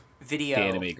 video